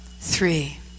three